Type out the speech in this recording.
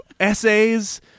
essays